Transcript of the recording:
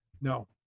no